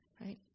right